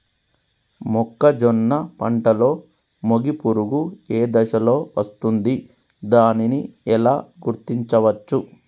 మొక్కజొన్న పంటలో మొగి పురుగు ఏ దశలో వస్తుంది? దానిని ఎలా గుర్తించవచ్చు?